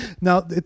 Now